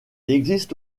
existe